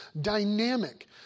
dynamic